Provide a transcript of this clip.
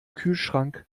kühlschrank